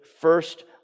first